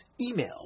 Email